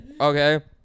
Okay